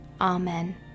Amen